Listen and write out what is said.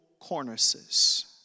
cornices